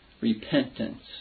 repentance